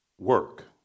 work